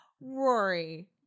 Rory